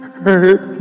hurt